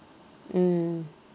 mm